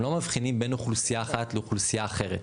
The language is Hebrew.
לא מבחינים בין אוכלוסייה אחת לאוכלוסייה אחרת,